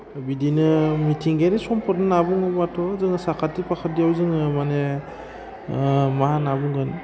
बिदिनो मिथिंगायारि सम्पद होन्ना बुङोबाथ' जोङो साखाथि फाखाथियाव जोङो माने मा होन्ना बुंगोन